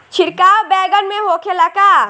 छिड़काव बैगन में होखे ला का?